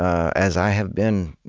as i have been,